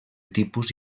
tipus